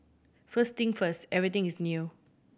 first thing first everything is new